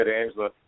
Angela